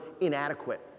inadequate